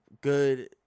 good